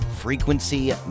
frequency